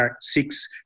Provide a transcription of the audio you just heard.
Six